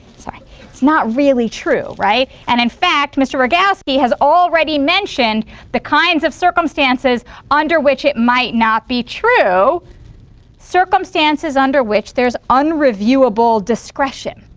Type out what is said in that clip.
it's not really true, right, and in fact, mr. radowski has already mentioned the kinds of circumstances under which it might not be true circumstances under which there's unreviewable discretion,